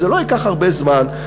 זה לא ייקח הרבה זמן,